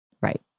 Right